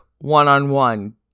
one-on-one